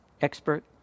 expert